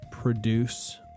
produce